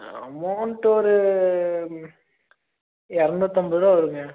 amount ஒரு இரநூத்தம்பது ரூபா வருங்க